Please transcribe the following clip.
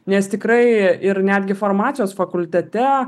nes tikrai ir netgi farmacijos fakultete